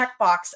checkbox